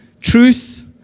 truth